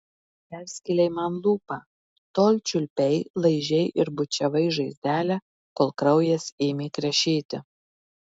perskėlei man lūpą tol čiulpei laižei ir bučiavai žaizdelę kol kraujas ėmė krešėti